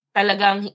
Talagang